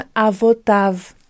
avotav